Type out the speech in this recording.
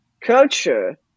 culture